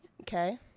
Okay